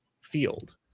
field